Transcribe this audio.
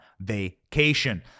vacation